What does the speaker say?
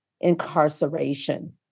incarceration